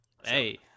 Hey